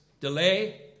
delay